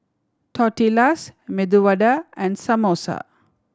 Tortillas Medu Vada and Samosa